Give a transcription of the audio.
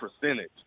percentage